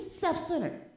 self-centered